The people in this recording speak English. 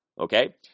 Okay